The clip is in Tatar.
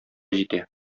җитә